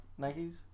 Nikes